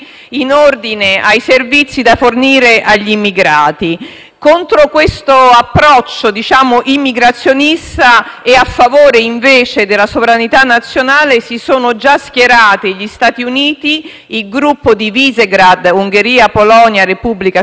Contro questo approccio immigrazionista e a favore invece della sovranità nazionale si sono già schierati gli Stati Uniti, il gruppo di Visegrád (Ungheria, Polonia, Repubblica Ceca e Slovacchia), nonché l'Australia, l'Austria